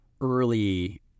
early